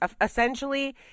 Essentially